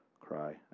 cry